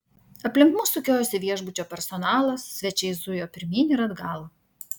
aplink mus sukiojosi viešbučio personalas svečiai zujo pirmyn ir atgal